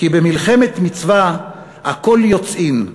"במלחמת מצווה הכול יוצאין,